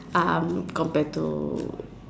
um compared to